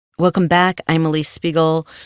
welcome back. i'm alix spiegel.